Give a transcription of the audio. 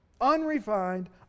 unrefined